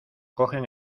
cogen